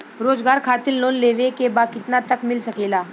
रोजगार खातिर लोन लेवेके बा कितना तक मिल सकेला?